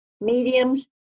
mediums